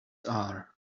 are